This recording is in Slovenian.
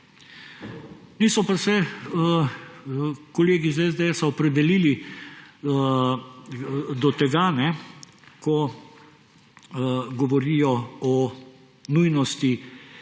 Niso pa se kolegi iz SDS opredelili do tega, ko govorijo o nujnosti